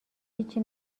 هیچی